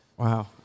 Wow